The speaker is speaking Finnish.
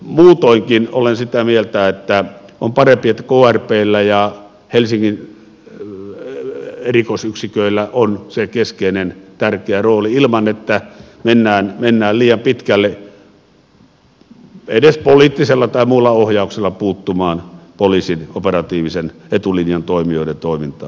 muutoinkin olen sitä mieltä että on parempi että krpllä ja helsingin erikoisyksiköillä on se keskeinen tärkeä rooli ilman että mennään liian pitkälle edes poliittisella tai muulla ohjauksella puuttumaan poliisin operatiivisen etulinjan toimijoiden toimintaan